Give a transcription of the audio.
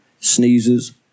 sneezes